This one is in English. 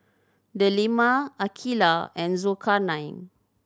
Delima Aqeelah and Zulkarnain